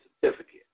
certificate